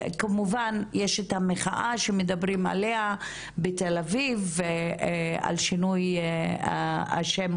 כמובן יש את המחאה שמדברים עליה בתל-אביב על שינוי השם,